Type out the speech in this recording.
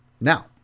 Now